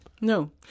No